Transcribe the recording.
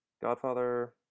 Godfather